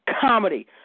comedy